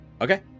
Okay